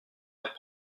faire